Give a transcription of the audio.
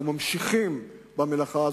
גם עכשיו אנחנו ממשיכים במלאכה הזאת,